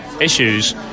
issues